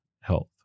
health